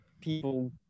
people